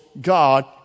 God